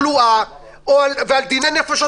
אתה רוצה לדבר על תחלואה ועל דיני נפשות,